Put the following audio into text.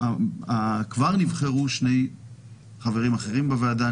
וכבר נבחרו שני חברים אחרים בוועדה: